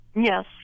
Yes